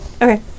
Okay